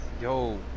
Yo